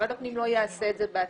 משרד הפנים לא יעשה את זה בעצמו,